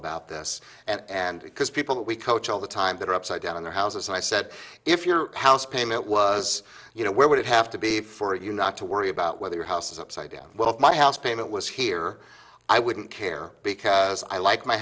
about this and because people we coach all the time that are upside down in their houses and i said if your house payment was you know where would it have to be for you not to worry about whether your house is upside down what if my house payment was here i wouldn't care because i like my